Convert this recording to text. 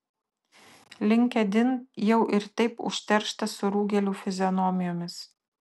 linkedin jau ir taip užterštas surūgėlių fizionomijomis